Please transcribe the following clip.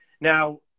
Now